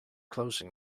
closing